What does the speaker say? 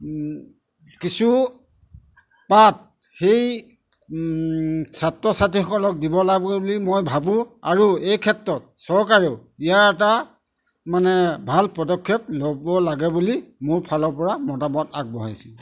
ও কিছু পাঠ সেই ছাত্ৰ ছাত্ৰীসকলক দিব লাগে বুলি মই ভাবোঁ আৰু এই ক্ষেত্ৰত চৰকাৰেও ইয়াৰ এটা মানে ভাল পদক্ষেপ ল'ব লাগে বুলি মোৰ ফালৰ পৰা মতামত আগবঢ়াইছোঁ